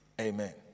Amen